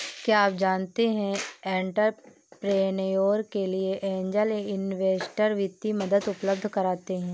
क्या आप जानते है एंटरप्रेन्योर के लिए ऐंजल इन्वेस्टर वित्तीय मदद उपलब्ध कराते हैं?